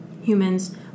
humans